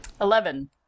Eleven